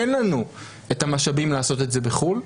אין לנו את המשאבים לעשות את זה בחו"ל,